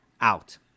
out